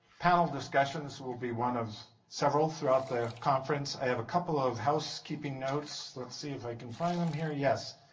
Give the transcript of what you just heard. panel discussion, this will be one of several throughout the conference. i have a couple of housekeeping notes. let's see if i can find them here. yes.